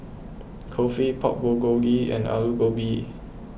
Kulfi Pork Bulgogi and Alu Gobi